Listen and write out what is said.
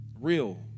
real